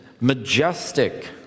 majestic